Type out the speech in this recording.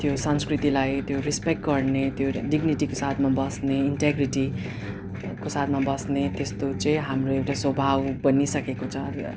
त्यो संस्कृतिलाई त्यो रेस्पेक्ट गर्ने त्यो डिग्निटीको साथमा बस्ने इन्टिग्रिटीको साथमा बस्ने त्यस्तो चाहिँ हाम्रो एउटा स्वभाव बनिसकेको छ